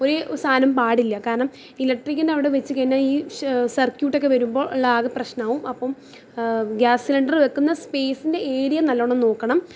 ഒരേ ഒരു സാധനം പാടില്ല കാരണം ഇലക്ട്രിക്കിന്റെ അവിടെ വച്ചു കഴിഞ്ഞാൽ ഈ സർക്യൂട്ടൊക്കെ വരുമ്പോൾ ഉള്ള ആകെ പ്രശ്നമാകും അപ്പം ഗ്യാസ് സിലിണ്ടർ വയ്ക്കുന്ന സ്പേസിന്റെ ഏരിയ നല്ലോണം നോക്കണം